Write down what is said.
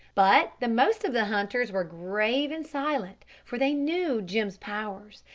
but the most of the hunters were grave and silent, for they knew jim's powers,